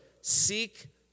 seek